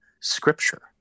scripture